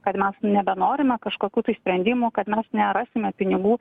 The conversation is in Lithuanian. kad mes nebenorime kažkokių tai sprendimų kad mes nerasime pinigų